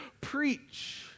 preach